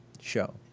show